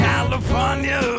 California